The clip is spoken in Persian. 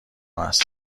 است